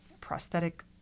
prosthetic